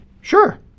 sure